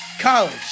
College